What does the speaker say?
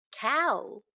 Cow